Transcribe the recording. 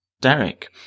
Derek